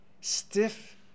stiff